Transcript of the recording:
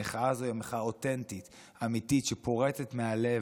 המחאה הזו היא מחאה אותנטית, אמיתית, שפורצת מהלב.